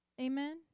Amen